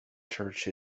church